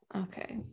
Okay